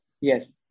Yes